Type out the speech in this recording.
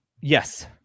Yes